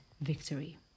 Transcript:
victory